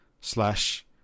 slash